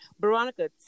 Veronica